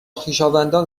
خویشاوندان